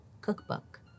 cookbook